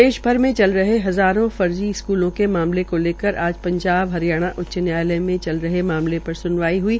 प्रदेश भर में चल रहे हज़ारों फर्जी स्कूलों के मामले को लेकर आज पंजाब हरियाणा उच्च न्यायालय में चल रहे मामले पर सुवाई हुई